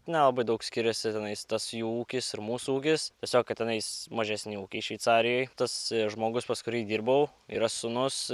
nelabai daug skiriasi tenais tas jų ūkis ir mūsų ūgis tiesiog kad tenais mažesni ūkiai šveicarijoj tas žmogus pas kurį dirbau yra sūnus